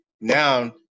Now